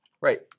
right